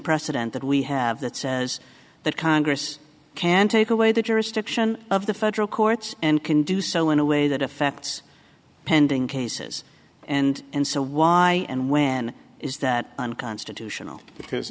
precedent that we have that says that congress can take away the jurisdiction of the federal courts and can do so in a way that affects pending cases and and so why and when is that unconstitutional because